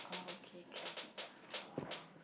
oh okay okay um